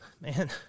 man